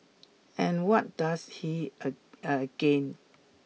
and what does he a again